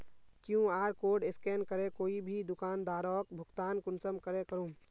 QR code scan करे कोई भी दुकानदारोक भुगतान कुंसम करे करूम?